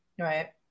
Right